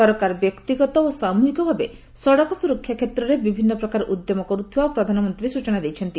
ସରକାର ବ୍ୟକ୍ତିଗତ ଓ ସାମୁହିକ ଭାବେ ସଡ଼କ ସୁରକ୍ଷା କ୍ଷେତ୍ରରେ ବିଭିନ୍ନ ପ୍ରକାର ଉଦ୍ୟମ କରୁଥିବା ପ୍ରଧାନମନ୍ତ୍ରୀ ସ୍ନଚନା ଦେଇଛନ୍ତି